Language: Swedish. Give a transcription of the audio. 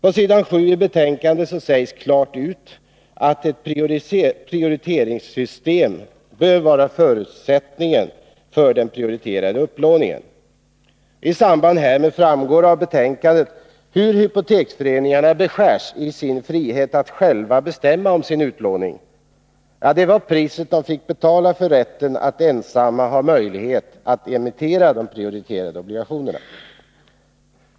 I finansutskottets betänkande sägs klart ut att ett särskilt system bör vara förutsättningen för den prioriterade upplåningen. Det framgår av betänkandet hur hypoteksföreningarna i samband härmed beskärs i sin frihet att själva bestämma om sin utlåning. Detta var det pris som de fick betala för rätten att ensamma ha möjlighet att emittera de prioriterade obligationerna.